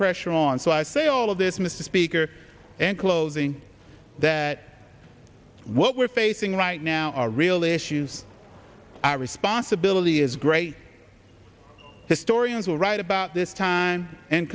pressure on so i say all of this mr speaker and closing that what we're facing right now are real issues our responsibility is great historians will write about this time and